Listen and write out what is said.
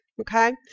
okay